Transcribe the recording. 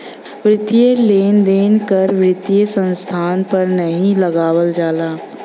वित्तीय लेन देन कर वित्तीय संस्थान पर नाहीं लगावल जाला